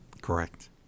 Correct